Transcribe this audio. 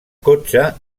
cotxe